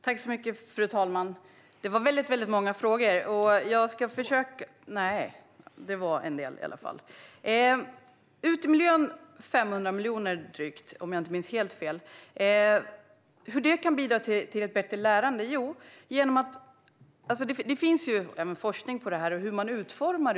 Fru talman! Det var väldigt många frågor. Jag ska försöka svara. Utemiljön satsades det drygt 500 miljoner på, om jag inte minns helt fel. Ulrika Carlsson undrar hur det kan bidra till ett bättre lärande. Det finns forskning om utformningen av utemiljöer.